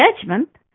judgment